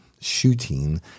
shooting